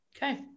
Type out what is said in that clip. Okay